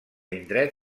indret